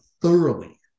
thoroughly